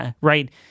right